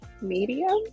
Medium